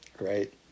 Right